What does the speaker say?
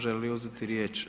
Želi li uzeti riječ?